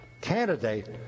candidate